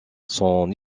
son